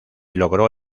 logró